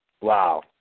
wow